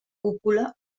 cúpula